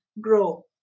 grow